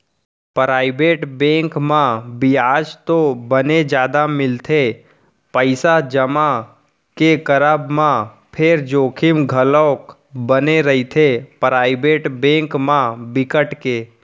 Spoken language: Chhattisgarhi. पराइवेट बेंक म बियाज तो बने जादा मिलथे पइसा जमा के करब म फेर जोखिम घलोक बने रहिथे, पराइवेट बेंक म बिकट के